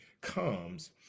comes